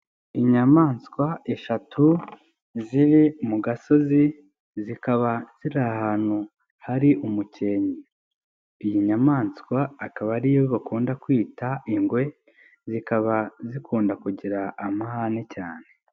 Iyamaswa eshatu ziri mu gasozi, zikaba ziri ahantu hari umukenke, iyi nyamaswa akaba ariyo bakunda kwita ingwe, zikaba zikunda kugira amahane cyane.